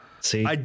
See